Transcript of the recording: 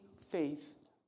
faith